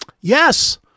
yes